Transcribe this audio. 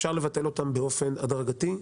אפשר לבטל אותם באופן הדרגתי,